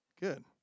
Good